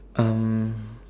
um